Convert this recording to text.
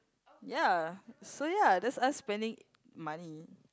ya so ya that's us spending money